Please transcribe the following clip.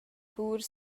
pur